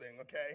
okay